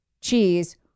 cheese